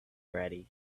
ready